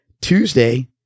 Tuesday